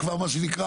זה כבר מה שנקרא,